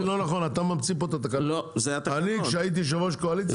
מה אתה טוען שהוא נושא חדש?